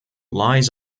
lies